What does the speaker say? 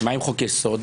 מה עם חוק יסוד?